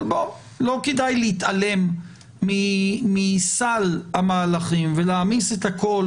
אבל לא כדאי להתעלם מסל המהלכים ולהעמיס את הכול